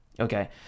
okay